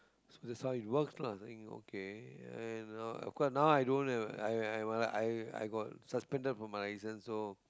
so that's how it works lah saying okay cause now i don't have I I were like I I got suspended from my license so